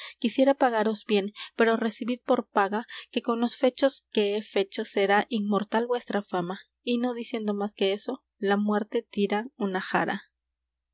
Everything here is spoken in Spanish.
quisiera pagaros bien pero recibid por paga que con los fechos que he fecho será inmortal vuestra fama y no diciendo más que eso la muerte tira una jara